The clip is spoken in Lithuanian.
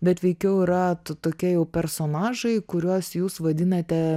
bet veikiau yra tu tokie jau personažai kuriuos jūs vadinate